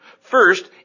First